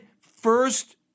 first